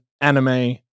anime